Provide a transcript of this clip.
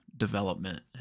development